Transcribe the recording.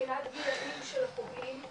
מבחינת הגיל של הפוגעים,